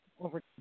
over